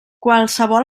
qualsevol